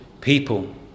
people